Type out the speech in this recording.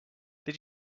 did